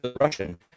Russian